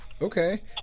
Okay